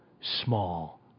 small